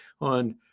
on